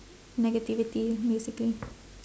negativity basically